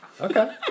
Okay